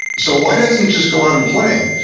so why doesn't he just go out and play?